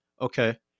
okay